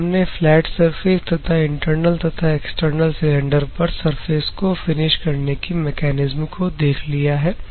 अब हम ने फ्लैट सर्फेस तथा इंटरनल तथा एक्सटर्नल सिलेंडर पर सरफेस को फिनिश करने की मैकेनिज्म को देख लिया है